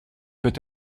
peut